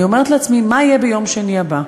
אני אומרת לעצמי: מה יהיה ביום שני הבא?